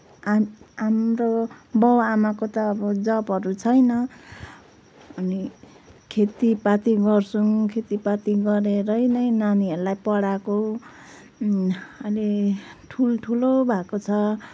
हाम हाम्रो बाउ आमाको त अब जबहरू छैन अनि खेतीपाती गर्छौँ खेतीपाती गरेरै नै नानीहरूलाई पढाएको अनि ठुलठुलो भएको छ